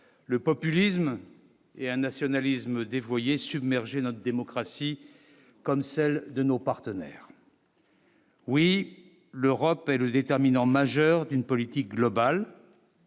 le populisme et un nationalisme dévoyé submergé notre démocratie comme celle de nos partenaires. Oui, l'Europe est le déterminant majeur d'une politique globale.